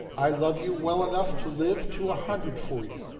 i love you well enough to live to a hundred for you,